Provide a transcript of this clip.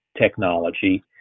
technology